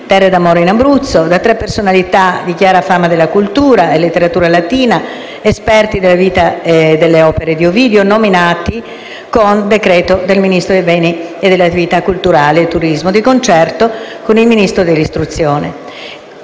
Cuore dell'Appennino, da tre personalità di chiara fama della cultura e letteratura latina, esperti della vita e delle opere di Ovidio, nominati con decreto del Ministro dei beni e delle attività culturali e del turismo, di concerto con il Ministro dell'istruzione,